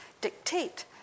dictate